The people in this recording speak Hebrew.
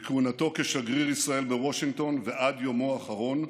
מכהונתו כשגריר ישראל בוושינגטון ועד יומו האחרון,